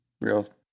Real